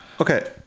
Okay